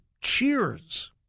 cheers